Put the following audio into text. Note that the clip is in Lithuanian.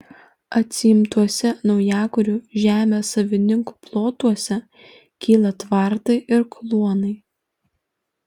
atsiimtuose naujakurių žemės savininkų plotuose kyla tvartai ir kluonai